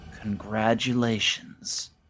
Congratulations